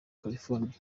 california